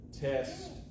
test